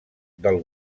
del